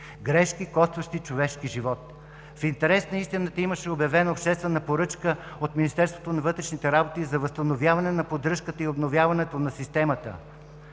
Грешки, костващи човешки живот! В интерес на истината имаше обществена поръчка от Министерството на вътрешните работи за възстановяване на поддръжката и обновяването на системата.